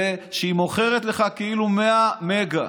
והיא מוכרת לך כאילו 100 מגה.